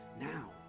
Now